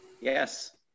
Yes